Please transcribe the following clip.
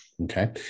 okay